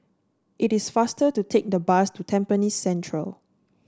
it is faster to take the bus to Tampines Central